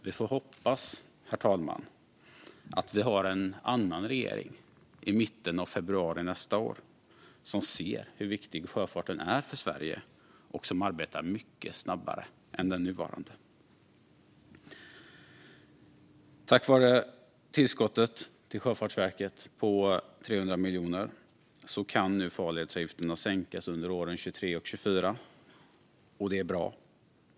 Vi får hoppas, herr talman, att vi har en annan regering i mitten av februari nästa år, som ser hur viktig sjöfarten är för Sverige och som arbetar mycket snabbare än den nuvarande. Tack vare tillskottet till Sjöfartsverket på 300 miljoner kan nu farledsavgifterna sänkas under åren 2023 och 2024. Det är bra.